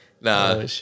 Nah